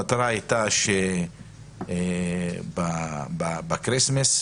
המטרה הייתה שבחג המולד,